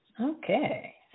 Okay